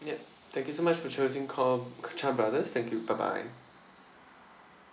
yup thank you so much for choosing call chan brothers thank you bye bye